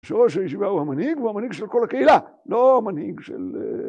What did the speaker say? שראש הישיבה הוא המנהיג והמנהיג של כל הקהילה. לא המנהיג של אה...